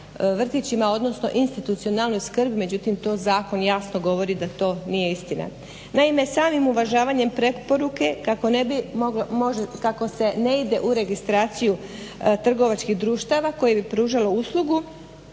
vrtićima odnosno institucionalnoj skrbi, međutim to jasno govori da to nije istina. Naime samim uvažavanjem preporuke kako se ne ide u registraciju trgovačkih društava koje bi pružali uslugu.